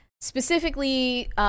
specifically